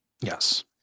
Yes